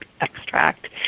extract